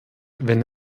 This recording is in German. wenn